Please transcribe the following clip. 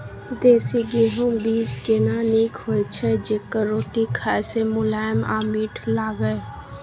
देसी गेहूँ बीज केना नीक होय छै जेकर रोटी खाय मे मुलायम आ मीठ लागय?